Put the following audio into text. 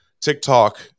TikTok